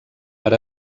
per